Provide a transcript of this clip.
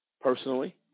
personally